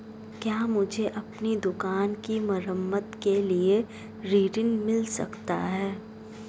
क्या मुझे अपनी दुकान की मरम्मत के लिए ऋण मिल सकता है?